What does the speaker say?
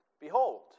behold